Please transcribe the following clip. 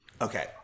Okay